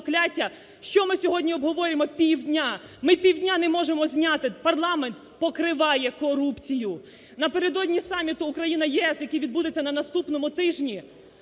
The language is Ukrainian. що ми сьогодні обговорюємо півдня? Ми півдня не можемо зняти, парламент покриває корупцію. Напередодні саміту Україна - ЄС, який відбудеться на наступному тижні,